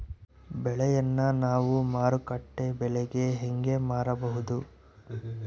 ಬೆಳೆಯನ್ನ ನಾವು ಮಾರುಕಟ್ಟೆ ಬೆಲೆಗೆ ಹೆಂಗೆ ಮಾರಬಹುದು?